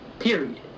Period